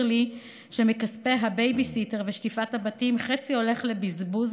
לי שמכספי הבייביסיטר ושטיפת הבתים חצי הולך לבזבוז,